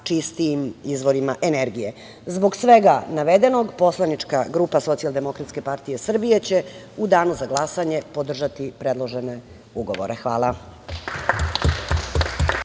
čistijim izvorima energije. Zbog svega navedenog poslanička grupa Socijaldemokratske partije Srbije će u danu za glasanje podržati predložene ugovore. Hvala.